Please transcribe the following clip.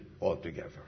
altogether